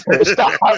Stop